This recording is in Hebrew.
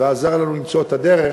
ועזר לנו למצוא את הדרך